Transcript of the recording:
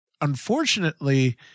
unfortunately